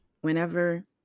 whenever